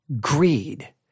Greed